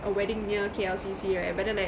a wedding near K_L_C_C right but then like